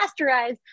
pasteurize